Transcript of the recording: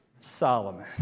Solomon